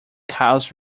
cows